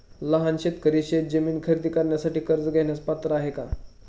लहान शेतकरी शेतजमीन खरेदी करण्यासाठी कर्ज घेण्यास पात्र आहेत का?